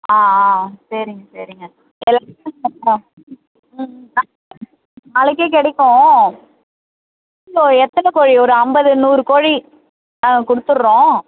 ஆ ஆ சரிங்க சரிங்க ஆ ஆ ம் ம் நாளைக்கே கிடைக்கும் எத்தனைக் கோழி ஒரு ஐம்பது நூறு கோழி ஆ கொடுத்துட்றோம்